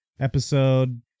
Episode